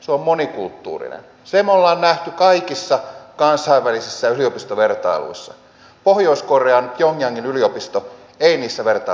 sen me olemme nähneet kaikissa kansainvälisissä yliopistovertailuissa pohjois korean pjongjangin yliopisto ei niissä vertailuissa pärjää